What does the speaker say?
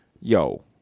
yo